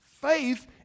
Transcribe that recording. Faith